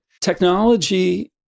technology